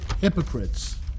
hypocrites